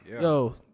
Yo